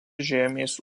žemės